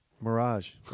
Mirage